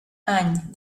any